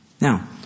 Now